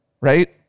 right